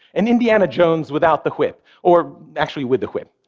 an indiana jones without the whip or, actually, with the whip.